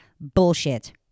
Bullshit